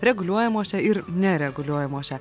reguliuojamose ir nereguliuojamose